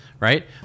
right